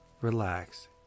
relax